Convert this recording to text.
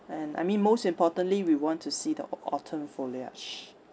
and I mean most importantly we want to see the au~ autumn foliage